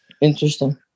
Interesting